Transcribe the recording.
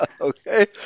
Okay